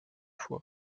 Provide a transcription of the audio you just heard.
fois